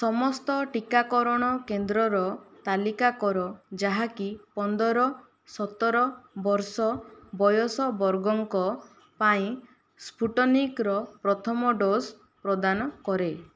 ସମସ୍ତ ଟିକାକରଣ କେନ୍ଦ୍ରର ତାଲିକା କର ଯାହାକି ପନ୍ଦର ସତର ବର୍ଷ ବୟସ ବର୍ଗଙ୍କ ପାଇଁ ସ୍ପୁଟନିକ୍ ର ପ୍ରଥମ ଡୋଜ୍ ପ୍ରଦାନ କରେ